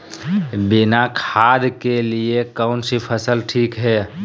बिना खाद के लिए कौन सी फसल ठीक है?